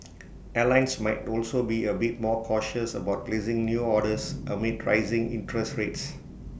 airlines might also be A bit more cautious about placing new orders amid rising interest rates